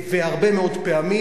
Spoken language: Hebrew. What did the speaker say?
והרבה מאוד פעמים,